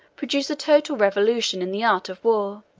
produce a total revolution in the art of war.